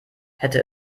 hätte